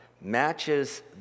matches